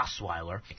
Osweiler